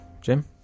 Jim